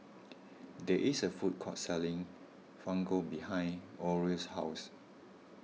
there is a food court selling Fugu behind Orie's house